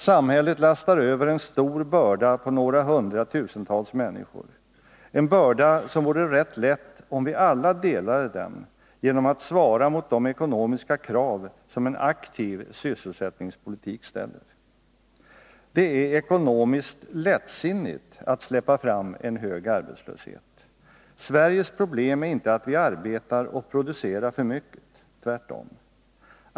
Samhället lastar över en stor börda på några 100 000 människor, en börda som vore rätt lätt om vi alla delade den genom att svara mot de ekonomiska krav som en aktiv sysselsättningspolitik ställer. Det är ekonomiskt lättsinnigt att släppa fram en hög arbetslöshet. Sveriges problem är inte att vi arbetar och producerar för mycket, tvärtom.